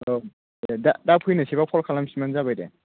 औ दे दा दा फैनोसैबा कल खालामफिनबानो जाबाय दे